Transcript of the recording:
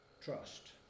trust